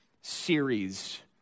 series